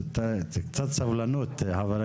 כי